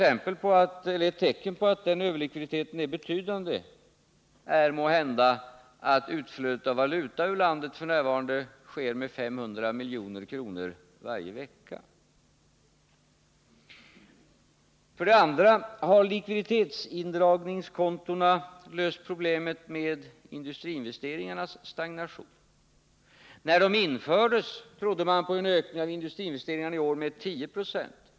Ett tecken på att den överlikviditeten är betydande är måhända att utflödet av valuta ur landet f. n. sker med 500 milj.kr. varje vecka. För det andra: Har likviditetsutjämningskontona löst problemen med industriinvesteringarnas stagnation? När de infördes trodde man på en ökning av industriinvesteringarna i år med 10 26.